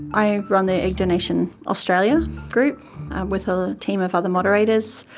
i run the egg donation australia group with a team of other moderators.